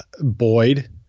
Boyd